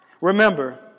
Remember